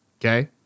okay